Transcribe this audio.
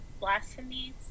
blasphemies